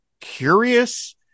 curious